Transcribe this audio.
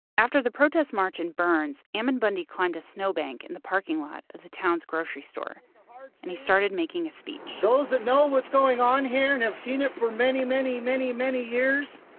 after the protest march in burns, ammon bundy climbed a snowbank in the parking lot of the town's grocery store and he started making a speech those that know what's going on here and have seen it for many, many, many, many years,